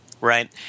Right